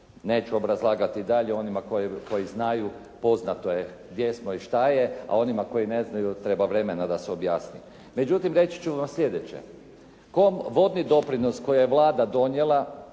Neću obrazlagati dalje onima koji znaju. Poznato je gdje smo i šta je, a onima koji ne znaju treba vremena da se objasni. Međutim, reći ću vam sljedeće. Vodni doprinos koji je Vlada donijela